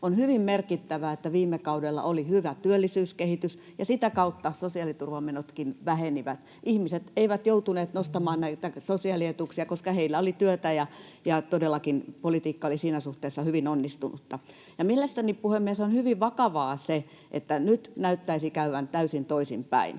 On hyvin merkittävää, että viime kaudella oli hyvä työllisyyskehitys ja sitä kautta sosiaaliturvamenotkin vähenivät. Ihmiset eivät joutuneet nostamaan näitä sosiaalietuuksia, koska heillä oli työtä, ja todellakin politiikka oli siinä suhteessa hyvin onnistunutta. Mielestäni, puhemies, on hyvin vakavaa se, että nyt näyttäisi käyvän täysin toisin päin,